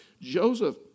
Joseph